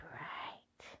right